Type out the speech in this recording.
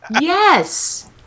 yes